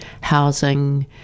housing